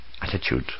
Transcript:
attitude